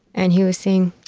and he was saying,